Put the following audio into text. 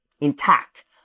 intact